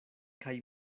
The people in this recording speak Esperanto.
kaj